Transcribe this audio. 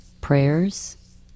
prayers